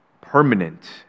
permanent